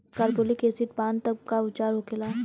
Carbolic acid पान तब का उपचार होखेला?